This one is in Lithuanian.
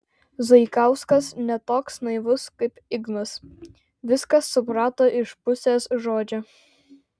zaikauskas ne toks naivus kaip ignas viską suprato iš pusės žodžio